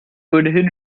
ohnehin